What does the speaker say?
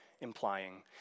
Implying